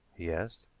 he asked.